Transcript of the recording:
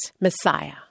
Messiah